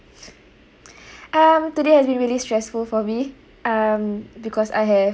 um today has been really stressful for me um because I have